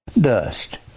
Dust